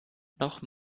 noch